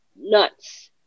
nuts